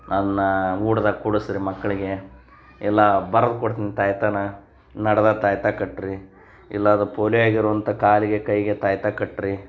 ಅದನ್ನ ಊಟ್ದಾಗೆ ಕುಡಿಸ್ರಿ ಮಕ್ಕಳಿಗೆ ಇಲ್ಲ ಬರ್ದು ಕೊಡ್ತ್ನಿ ತಾಯ್ತಿನ ನಡುದಾಗ್ ತಾಯ್ತಿ ಕಟ್ಟಿರಿ ಇಲ್ಲ ಅದು ಪೋಲಿಯೊ ಆಗಿರುವಂಥ ಕಾಲಿಗೆ ಕೈಗೆ ತಾಯ್ತಿ ಕಟ್ಟಿರಿ